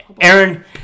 Aaron